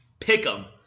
Pick'em